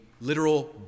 literal